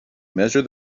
measure